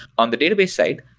on the database side,